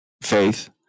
faith